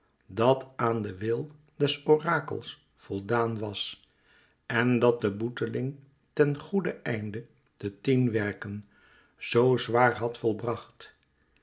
dat aan den wil des orakels voldaan was en dat de boeteling ten goeden einde de tien werken zoo zwaar had volbracht